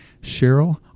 Cheryl